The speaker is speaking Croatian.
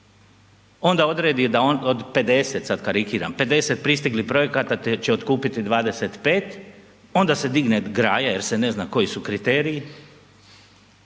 onda odredi da od 50, sad karikiram 50 pristiglih projekata, te će otkupiti 25, onda se digne graja jer se ne zna koji su kriteriji,